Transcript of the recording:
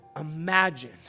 imagine